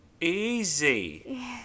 easy